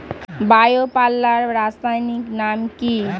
Bio পাল্লার রাসায়নিক নাম কি?